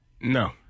No